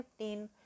15